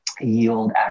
yield